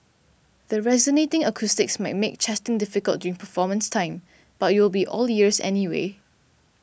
the resonating acoustics might make chatting difficult during performance time but you will be all ears anyway